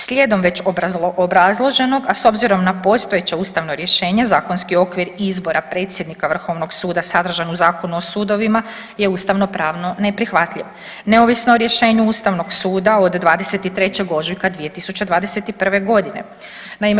Slijedom već obrazloženog, a s obzirom na postojeće ustavno rješenje zakonski okvir izbora predsjednika Vrhovnog suda sadržan u Zakonu o sudovima je ustavno-pravno neprihvatljiv neovisno o rješenju Ustavnog suda od 23. ožujka 2021. godine.